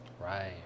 Right